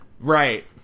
Right